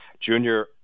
junior